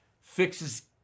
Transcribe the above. Fixes